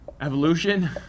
evolution